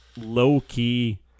low-key